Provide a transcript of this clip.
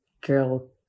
girl